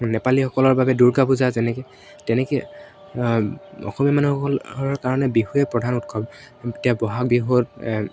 নেপালীসকলৰ বাবে দুৰ্গা পূজা যেনেকৈ তেনেকৈ অসমীয়া মানুহসকলৰ কাৰণে বিহুৱে প্ৰধান উৎসৱ এতিয়া বহাগ বিহুত